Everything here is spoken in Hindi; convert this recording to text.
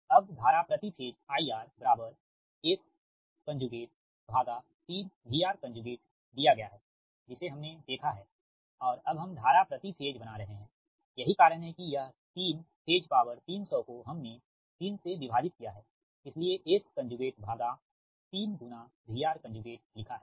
अब धारा प्रति फेज IR S3VRदिया गया है जिसे हमने देखा है और अब हम धारा प्रति फेज बना रहे हैं यही कारण है कि यह 3 फेज पावर 300 को हमने 3से विभाजित किया है इसलिए S कंजुगेट भागा 3 गुणा VR कंजुगेट लिखा है